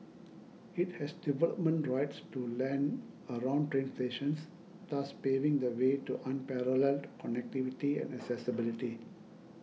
it has development rights to land around train stations thus paving the way to unparalleled connectivity and accessibility